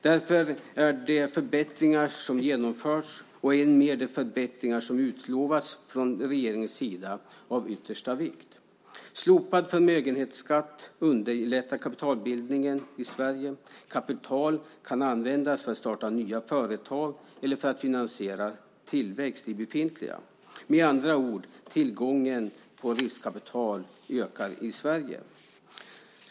Därför är de förbättringar som genomförs, och ännu mer de förbättringar som utlovas, från regeringens sida av yttersta vikt. Slopad förmögenhetsskatt underlättar kapitalbildningen i Sverige. Kapital kan användas till att starta nya företag eller till att finansiera tillväxt i befintliga företag. Med andra ord: Tillgången på riskkapital ökar i Sverige.